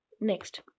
next